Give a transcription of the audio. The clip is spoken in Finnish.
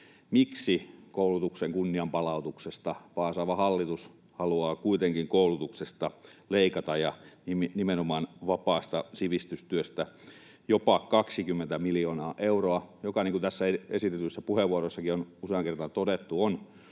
miksi koulutuksen kunnianpalautuksesta paasaava hallitus haluaa kuitenkin koulutuksesta leikata ja nimenomaan vapaasta sivistystyöstä jopa 20 miljoonaa euroa, joka, niin kuin tässä esitetyissä puheenvuoroissakin on useaan kertaan todettu, on